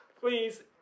Please